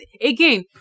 again